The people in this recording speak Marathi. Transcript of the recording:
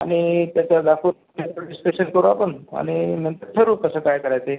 आणि त्याच्या दाखव स्पेशल करू आपण आणि नंतर ठरवू कसं काय करायचंय ते